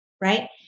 right